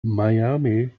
miami